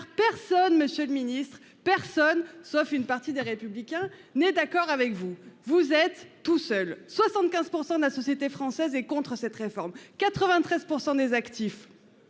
personne, Monsieur le Ministre personne sauf une partie des républicains n'est d'accord avec vous, vous êtes tout seul 75% de la société française et contre cette réforme, 93% des actifs.